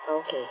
okay